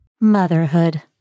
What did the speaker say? Motherhood